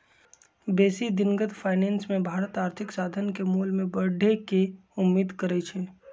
बेशी दिनगत फाइनेंस मे भारत आर्थिक साधन के मोल में बढ़े के उम्मेद करइ छइ